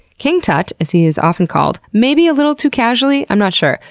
king tut, as he is often called, maybe a little too casually, i'm not sure,